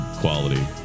quality